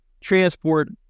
Transport